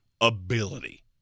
ability